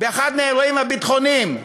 באחד מהאירועים הביטחוניים,